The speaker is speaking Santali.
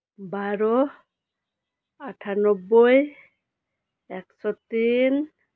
ᱵᱟᱨᱚ ᱟᱴᱷᱟᱱᱚᱵᱽᱵᱳᱭ ᱮᱠᱥᱚ ᱛᱤᱱ